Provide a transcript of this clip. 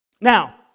Now